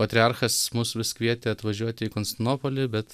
patriarchas mus vis kvietė atvažiuoti į konstinopolį bet